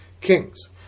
kings